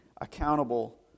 accountable